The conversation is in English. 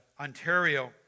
Ontario